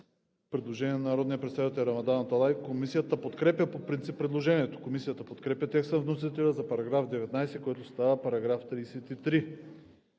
предложение на народния представител Рамадан Аталай: Комисията подкрепя по принцип предложението. Комисията подкрепя текста на вносителя за § 19, който става § 33.